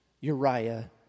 Uriah